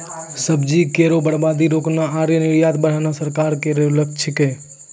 सब्जी केरो बर्बादी रोकना आरु निर्यात बढ़ाना सरकार केरो लक्ष्य छिकै